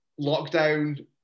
lockdown